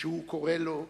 שהוא קורא לו אהבה".